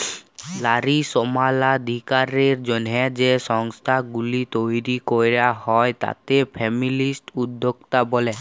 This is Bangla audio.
লারী সমালাধিকারের জ্যনহে যে সংস্থাগুলি তৈরি ক্যরা হ্যয় তাতে ফেমিলিস্ট উদ্যক্তা ব্যলে